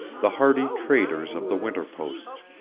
the hardy traders of the winter posts,